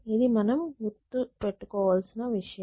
ఇది మనం గుర్తుపెట్టుకోవాల్సిన విషయం